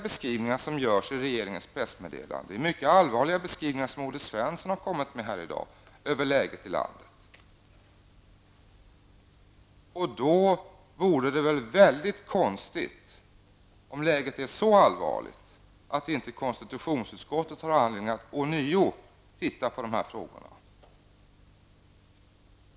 Beskrivningarna av läget i regeringens pressmeddelande är mycket allvarliga, och det är också Olle Svenssons beskrivningar här i dag. Om läget i landet är så allvarligt vore det underligt om inte konstitutionsutskottet på nytt gick igenom frågorna.